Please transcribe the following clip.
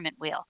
wheel